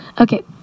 Okay